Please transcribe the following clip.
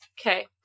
Okay